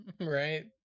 Right